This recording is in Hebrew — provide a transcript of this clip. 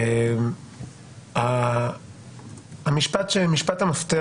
משפט המפתח